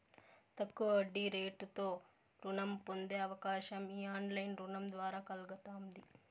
తక్కువ వడ్డీరేటుతో రుణం పొందే అవకాశం ఈ ఆన్లైన్ రుణం ద్వారా కల్గతాంది